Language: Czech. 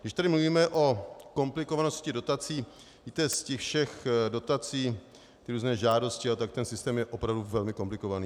Když tady mluvíme o komplikovanosti dotací, víte, z těch všech dotací ty různé žádosti, tak ten systém je opravdu velmi komplikovaný.